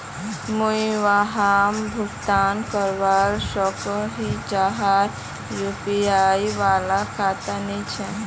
मुई वहाक भुगतान करवा सकोहो ही जहार यु.पी.आई वाला खाता नी छे?